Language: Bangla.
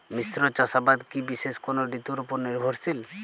মিশ্র চাষাবাদ কি বিশেষ কোনো ঋতুর ওপর নির্ভরশীল?